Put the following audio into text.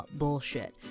bullshit